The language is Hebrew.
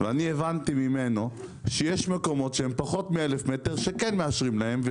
ואני הבנתי ממנו שיש מקומות שהם פחות מ- 1,000 מטר שכן מאשרים להם.